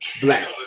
Black